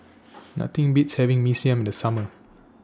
Nothing Beats having Mee Siam in The Summer